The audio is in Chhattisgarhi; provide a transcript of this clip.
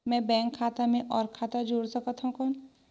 मैं बैंक खाता मे और खाता जोड़ सकथव कौन?